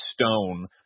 stone